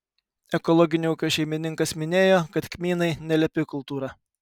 ekologinio ūkio šeimininkas minėjo kad kmynai nelepi kultūra